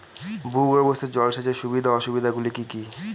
ভূগর্ভস্থ জল সেচের সুবিধা ও অসুবিধা গুলি কি কি?